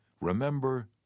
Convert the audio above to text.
remember